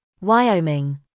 Wyoming